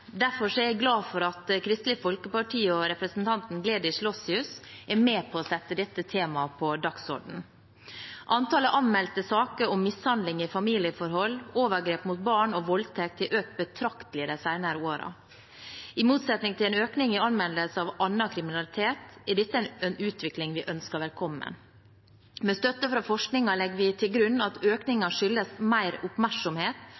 er jeg glad for at Kristelig Folkeparti og representanten Gleditsch Lossius er med på å sette dette temaet på dagsordenen. Antallet anmeldte saker om mishandling i familieforhold, overgrep mot barn og voldtekt har økt betraktelig de senere årene. I motsetning til en økning i anmeldelser av annen kriminalitet er dette en utvikling vi ønsker velkommen. Med støtte fra forskningen legger vi til grunn at økningen skyldes mer oppmerksomhet